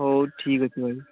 ହଉ ଠିକ୍ ଅଛି ଭାଇ